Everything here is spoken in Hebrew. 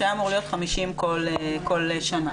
שהיה אמור להיות 50 מיליון כל שנה.